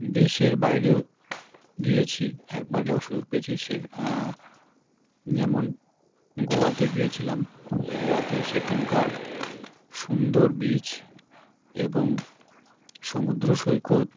দেশের বাইরেও গিয়েছি একবার যাওয়ার সুযোগ পেয়েছি সে যেমন গোয়াতে গিয়েছিলাম গোয়াতে সেখানকার সুন্দর বীচ এবং সমুদ্র সৈকত